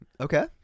Okay